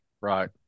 Right